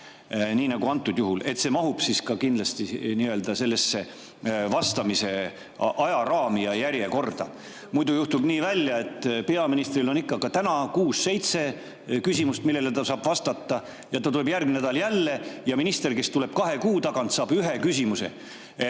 nii nagu antud juhul on, et need mahuksid siis kindlasti vastamise ajaraami ja järjekorda? Muidu juhtub nii, et peaministril on ikka, nagu ka täna, kuus-seitse küsimust, millele ta saab vastata, ja ta tuleb järgmine nädal jälle, aga minister, kes tuleb kahe kuu tagant, saab ühe küsimuse.